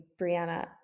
Brianna